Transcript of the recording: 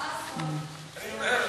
אני ממהר,